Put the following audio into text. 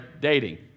dating